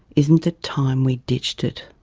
isn't it time we ditched it?